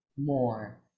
more